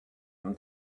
them